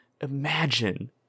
imagine